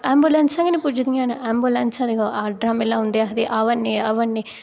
ऐंबूलेंसां गै नेईं पुजदियां हैन ऐंबूलेंसां दिक्खो हर थां मिलै दियां उत्थै आखदियां आवै'रनियां आवै'रनियां